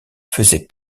faisait